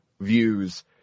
views